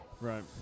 Right